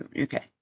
okay